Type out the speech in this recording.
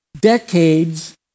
decades